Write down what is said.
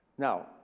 Now